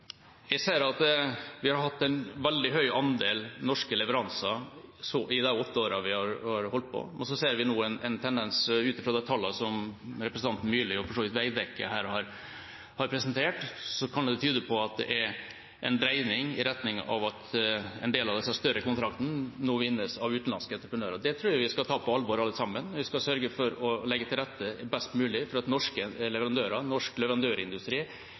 Jeg ser at vi har hatt en veldig høy andel norske leveranser i de åtte årene vi har holdt på, og så ser vi nå en tendens ut fra de tallene som representanten Myrli og for så vidt Veidekke har presentert. Det kan tyde på at det er en dreining i retning av at en del av disse større kontraktene nå vinnes av utenlandske entreprenører. Det tror jeg vi skal ta på alvor alle sammen. Vi skal sørge for å legge til rette best mulig for at norske leverandører – norsk leverandørindustri